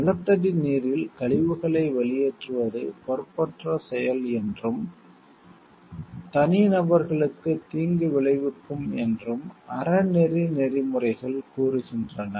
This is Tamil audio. நிலத்தடி நீரில் கழிவுகளை வெளியேற்றுவது பொறுப்பற்ற செயல் என்றும் தனிநபர்களுக்கு தீங்கு விளைவிக்கும் என்றும் அறநெறி நெறிமுறைகள் எதிக்ஸ் கூறுகின்றன